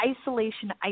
isolation